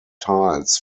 tiles